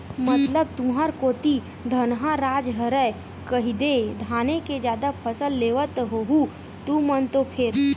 मतलब तुंहर कोती धनहा राज हरय कहिदे धाने के जादा फसल लेवत होहू तुमन तो फेर?